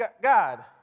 God